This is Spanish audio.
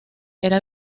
era